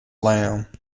lamb